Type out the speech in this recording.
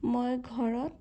মই ঘৰত